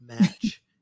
match